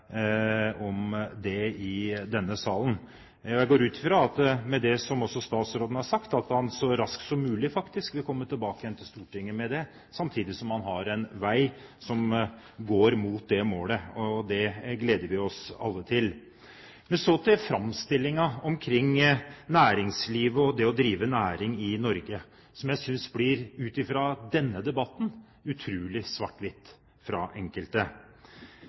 Jeg går ut fra at statsråden, ut fra det han har sagt, så raskt som mulig vil komme tilbake til Stortinget med det, samtidig som han har en vei som går mot det målet. Det gleder vi oss alle til. Så til framstillingen av næringslivet og av det å drive næring i Norge, hvor jeg synes enkelte i denne debatten beskriver det utrolig